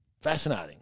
Fascinating